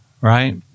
Right